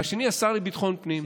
והשני השר לביטחון הפנים,